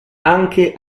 anche